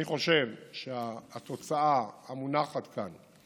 אני חושב שהתוצאה המונחת כאן,